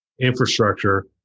infrastructure